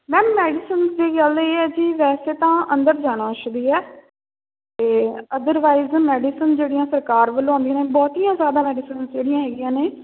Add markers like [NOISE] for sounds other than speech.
ma'am medicine ਦੀ ਗੱਲ ਇਹ ਹੈ ਜੀ ਵੈਸੇ ਤਾਂ [UNINTELLIGIBLE] ਹੈ ਅਤੇ ਅਦਰਵਾਈਜ਼ ਮੈਡੀਸਨ ਜਿਹੜੀਆਂ ਸਰਕਾਰ ਵੱਲੋਂ ਆਉਂਦੀਆਂ ਨੇ ਬਹੁਤੀਆਂ ਜ਼ਿਆਦਾ ਮੈਡੀਸਨਜ਼ ਜਿਹੜੀਆਂ ਹੈਗੀਆਂ ਨੇ